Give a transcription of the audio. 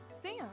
Sam